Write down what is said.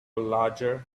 larger